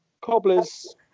Cobblers